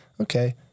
Okay